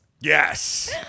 Yes